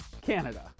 Canada